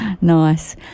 Nice